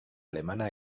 alemana